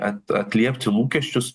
at atliepti lūkesčius